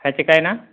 ᱦᱮᱸ ᱪᱮᱠᱟᱭᱮᱱᱟ